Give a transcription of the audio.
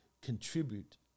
contribute